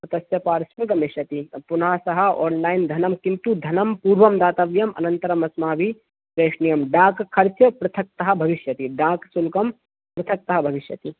तस्य पाश्वे गमिष्यति पुनः सः आन्लैन् धनं किन्तु धनं पूर्वं दातव्यम् अनन्तरम् अस्माभि प्रेषनीयं डाक् खर्च पृथकतः भविष्यति डाक् शुल्कं पृथकतः भविष्यति